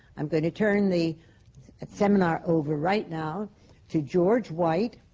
i'm going to turn the seminar over right now to george white,